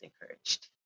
encouraged